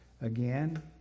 Again